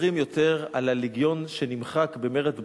ומדברים יותר על הלגיון שנמחק במרד בר-כוכבא.